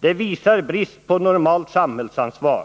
Det visar brist på normalt samhällsansvar.”